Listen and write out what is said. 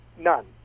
None